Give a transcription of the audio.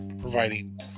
providing